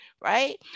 right